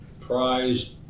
prized